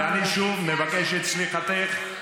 אני שוב מבקש את סליחתך,